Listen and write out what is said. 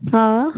हा